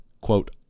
quote